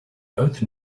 both